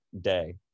day